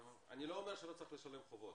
אני לא רוצה שלא צריך לשלם חובות,